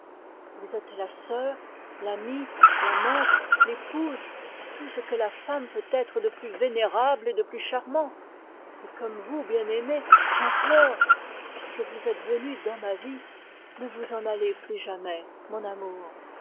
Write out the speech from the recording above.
fanny sœur amante épouse tout ce que la femme peut être de plus vénérable et de plus charmant comme vous bien-aimée j'implore puisque vous êtes venue dans ma vie ne vous en allez plus jamais mon amour